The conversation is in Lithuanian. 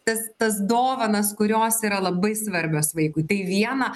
tas tas dovanas kurios yra labai svarbios vaikui tai viena